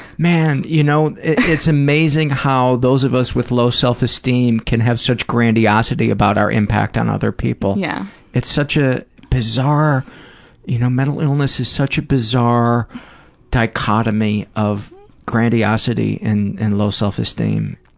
man, you know it's amazing how those of us with low self-esteem can have such grandiosity about our impact on other people. yeah it's such a bizarre you know mental illness is such a bizarre dichotomy of grandiosity and and low self-esteem.